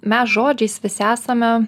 mes žodžiais visi esame